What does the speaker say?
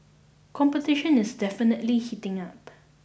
competition is definitely heating up